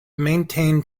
maintained